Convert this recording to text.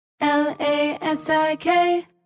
L-A-S-I-K